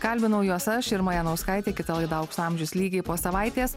kalbinau juos aš irma janauskaitė kita laida aukso amžius lygiai po savaitės